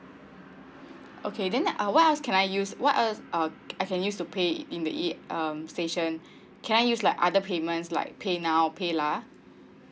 okay then uh what else can I use what else uh I can use to pay in the e um station can I use like other payments like pay now PayLah